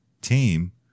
Team